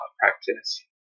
practice